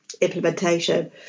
implementation